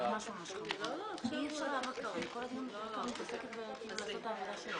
הצעת החוק אושרה לקריאה ראשונה.